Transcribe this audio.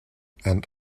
and